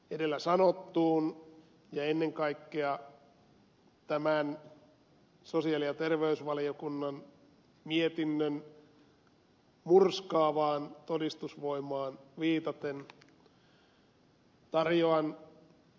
edellä sanottuun ja ennen kaikkea tämän sosiaali ja terveysvaliokunnan mietinnön murskaavaan todistusvoimaan viitaten tarjoan myöskin aina uutteralle ed